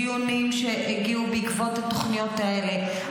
דיונים שהגיעו בעקבות התוכניות האלה,